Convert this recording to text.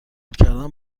کردن